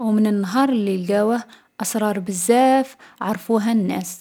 و من النهار لي لقاوه، أسرار بزاف عرفوها الناس.